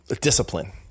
discipline